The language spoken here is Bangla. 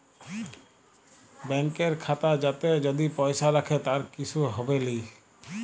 ব্যাংকের খাতা যাতে যদি পয়সা রাখে তার কিসু হবেলি